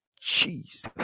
Jesus